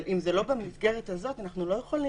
אבל אם זה לא במסגרת הזאת, אנחנו לא יכולים